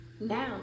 Now